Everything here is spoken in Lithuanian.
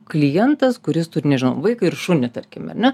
klientas kuris turi nežinau vaiką ir šunį tarkim ar ne